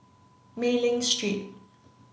Mei Ling Street